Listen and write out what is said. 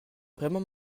vraiment